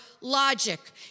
logic